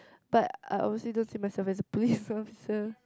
but I honestly don't see myself as a police officer